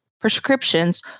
prescriptions